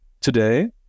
Today